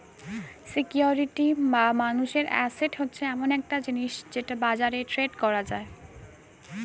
security বা মানুষের asset হচ্ছে এমন একটা জিনিস যেটা বাজারে ট্রেড করা যায়